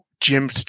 Jim